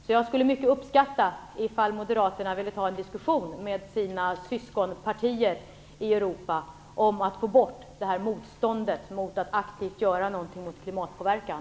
Jag skulle därför mycket uppskatta om Moderaterna ville ta en diskussion med sina syskonpartier i Europa om att få bort det motstånd som finns mot att aktivt göra något mot klimatpåverkan.